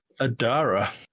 Adara